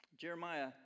Jeremiah